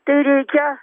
tai reikia